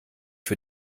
für